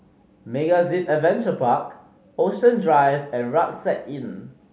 MegaZip Adventure Park Ocean Drive and Rucksack Inn